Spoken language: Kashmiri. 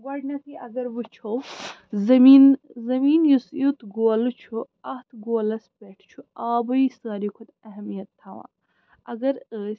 گۄڈنیٚتھٕے اَگر وُچھو زٔمیٖن زٔمیٖن یُس یُتھ گولہٕ چھُ اَتھ گولَس پٮ۪ٹھ چھُ آبٕے ساروٕے کھۄتہٕ اہمیت تھاوان اگر أسۍ